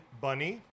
Bunny